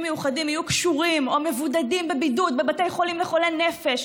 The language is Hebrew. מיוחדים יהיו קשורים או מבודדים בבידוד בבתי חולים לחולי נפש,